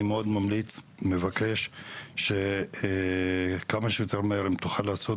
אני מאוד מבקש שכמה שיותר מהר אם תוכל לעשות